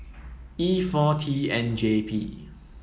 E four T N J P